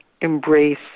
embrace